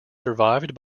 survived